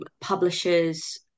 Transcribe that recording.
publishers